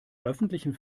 öffentlichen